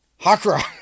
hakra